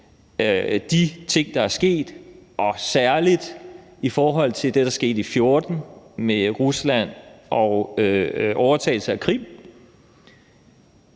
de ting, der er sket, særlig i forhold til det, der skete i 2014, med Ruslands overtagelse af Krim,